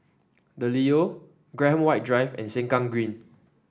The Leo Graham White Drive and Sengkang Green